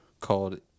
called